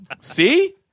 see